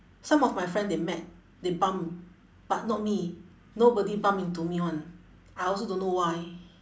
some of my friend they met they bump but not me nobody bump into me [one] I also don't know why